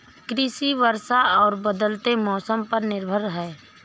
कृषि वर्षा और बदलते मौसम पर निर्भर है